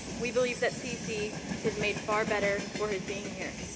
we believe that cc is made far better for his being here.